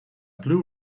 blue